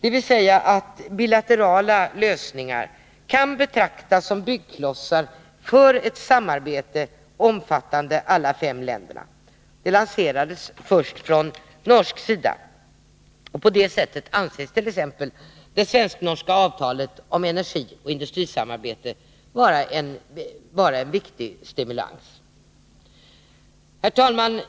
dvs. att bilaterala lösningar kan betraktas som byggklossar för ett samarbete omfattande alla fem länderna, lanserades först från norsk sida. På detta sätt ansest.ex. det svensk-norska avtalet om energioch industrisamarbetet vara en viktig stimulans. Herr talman!